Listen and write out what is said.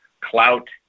clout